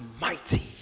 mighty